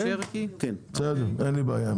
אין לי בעיה.